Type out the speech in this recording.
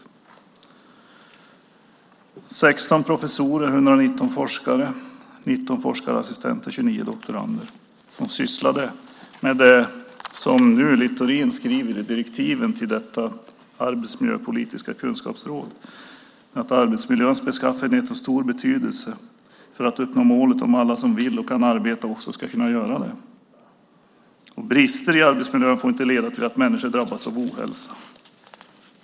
Det var 16 professorer, 119 forskare, 19 forskarassistenter och 29 doktorander som sysslade med det som Littorin nu skriver i direktiven till detta arbetsmiljöpolitiska kunskapsråd - att arbetsmiljöns beskaffenhet har stor betydelse för att uppnå målet om att alla som vill och kan arbeta också ska kunna göra det. Brister i arbetsmiljön får inte leda till att människor drabbas av ohälsa.